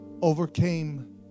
overcame